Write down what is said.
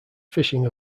fishing